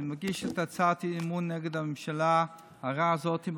אני מגיש את הצעת האי-אמון נגד הממשלה הרעה הזאת.